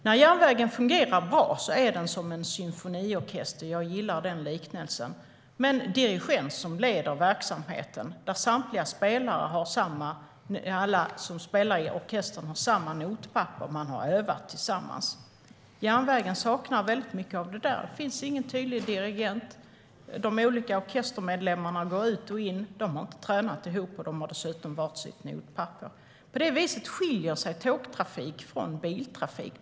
När järnvägen fungerar bra är den som en symfoniorkester - jag gillar den liknelsen - med en dirigent som leder verksamheten och där alla som spelar har samma notpapper och har övat tillsammans. Järnvägen saknar nu väldigt mycket av detta. Det finns ingen tydlig dirigent. De olika orkestermedlemmarna går ut och in. De har inte tränat ihop, och de har dessutom var sitt notpapper. På det viset skiljer sig tågtrafik från biltrafik.